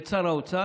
ואת שר האוצר: